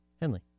Henley